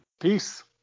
Peace